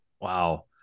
wow